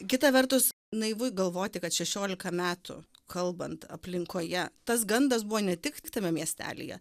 kita vertus naivu galvoti kad šešiolika metų kalbant aplinkoje tas gandas buvo ne tik tame miestelyje